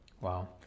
Wow